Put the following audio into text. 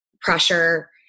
pressure